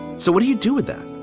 so what do you do with that?